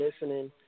listening